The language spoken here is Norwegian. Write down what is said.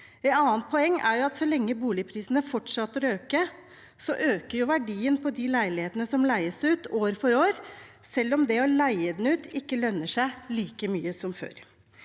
Et annet poeng er at så lenge boligprisene fortsetter å øke, øker verdien på de leilighetene som leies ut, år for år, selv om det å leie dem ut, ikke lønner seg like mye som før.